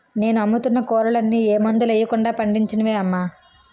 నేను అమ్ముతున్న కూరలన్నీ ఏ మందులెయ్యకుండా పండించినవే అమ్మా